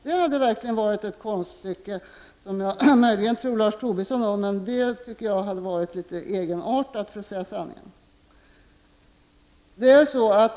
Det hade verkligen varit ett konststycke, som jag möjligen tror att Lars Tobisson skulle kunna utföra, även om det vore litet egenartat, för att säga sanningen.